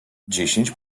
dziesięć